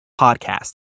podcast